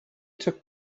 took